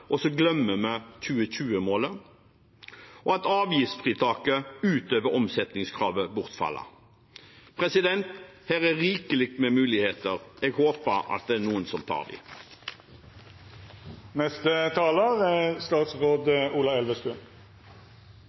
og så glemmer vi 2020-målet – og at avgiftsfritaket utover omsetningskravet bortfaller. Her er rikelig med muligheter. Jeg håper at det er noen som tar